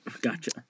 Gotcha